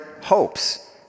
hopes